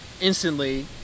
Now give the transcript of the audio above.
instantly